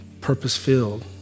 purpose-filled